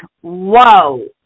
whoa